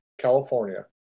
California